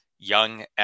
young